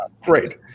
Great